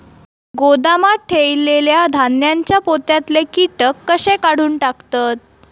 गोदामात ठेयलेल्या धान्यांच्या पोत्यातले कीटक कशे काढून टाकतत?